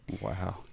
wow